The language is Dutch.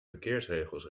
verkeersregels